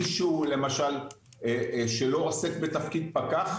מי שהוא לא עוסק בתפקיד פקח,